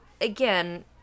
again